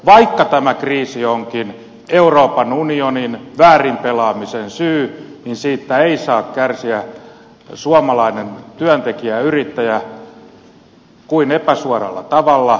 vaikka tämä kriisi onkin euroopan unionin väärin pelaamisen syytä niin siitä eivät saa kärsiä suomalainen työntekijä ja yrittäjä kuin epäsuoralla tavalla